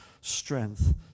strength